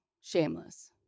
shameless